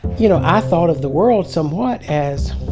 you know, i thought of the world somewhat as